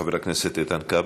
חבר הכנסת איתן כבל,